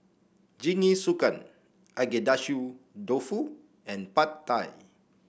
Jingisukan Agedashi Dofu and Pad Thai